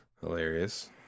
Hilarious